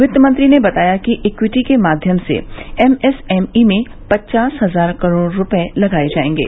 वित्त मंत्री ने बताया कि इक्विटी के माध्यम से एमएसएमई में पचास हजार करोड रुपए लगाए जाएंगे